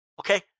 Okay